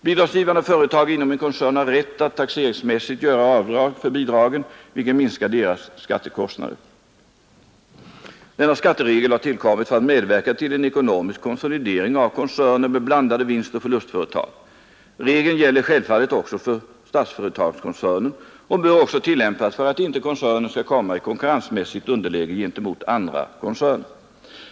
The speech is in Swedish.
Bidragsgivande företag inom en koncern har rätt att taxeringsmässigt göra avdrag för bidragen, vilket minskar deras skattekostnader. Denna skatteregel har tillkommit för att medverka till en ekonomisk konsolidering av koncerner med blandade vinstoch förlustföretag. Regeln gäller självfallet även för Statsföretagskoncernen och bör också tillämpas för att inte koncernen skall komma i konkurrensmässigt underläge gentemot andra koncerner.